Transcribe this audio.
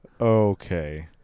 okay